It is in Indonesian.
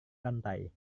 lantai